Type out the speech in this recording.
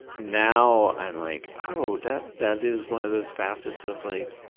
now i'm like, oh, that that is one of those facets of, like,